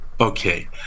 Okay